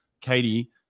Katie